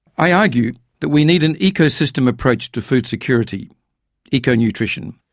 i argue that we need an ecosystem approach to food security eco-nutrition.